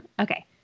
Okay